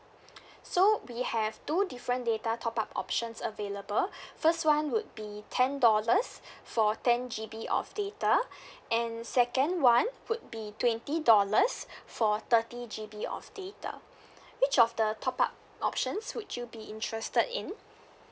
so we have two different data top up options available first [one] would be ten dollars for ten G_B of data and second [one] would be twenty dollars for thirty G_B of data which of the top up options would you be interested in